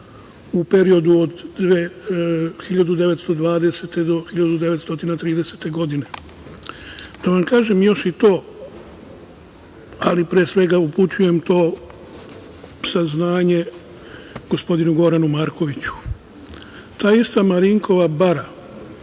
u periodu od 1920. do 1930. godine. Da vam kažem još i to, ali pre svega to upućujem saznanje gospodinu Goranu Markoviću, ta ista Marinkova bara